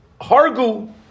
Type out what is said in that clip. Hargu